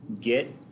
Get